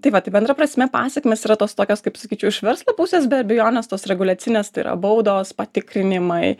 tai va tai bendra prasme pasekmės yra tos tokios kaip sakyčiau iš verslo pusės be abejonės tos reguliacinės tai yra baudos patikrinimai